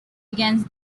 against